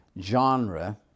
genre